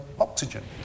oxygen